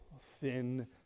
thin